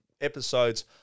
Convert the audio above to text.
episodes